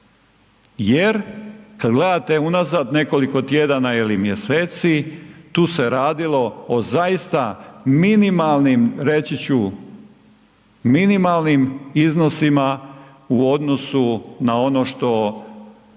Jer kad gledate unazad nekoliko tjedana ili mjeseci tu se radilo o zaista minimalnim, reći ću minimalnim iznosima u odnosu na ono što